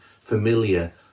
familiar